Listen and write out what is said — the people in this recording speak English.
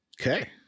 Okay